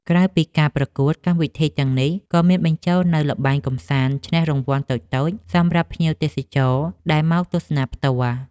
ក្រៅពីការប្រកួត កម្មវិធីទាំងនេះក៏មានបញ្ចូលនូវល្បែងកម្សាន្តឈ្នះរង្វាន់តូចៗសម្រាប់ភ្ញៀវទេសចរដែលមកទស្សនាផ្ទាល់។